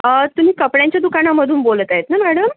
तुम्ही कपड्यांच्या दुकानामधून बोलत आहेत ना मॅडम